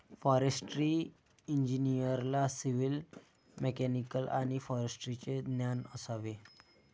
forestry इंजिनिअरला civil, mechanical आणि फॉरेस्ट्रीचे ज्ञान असावे